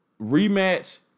Rematch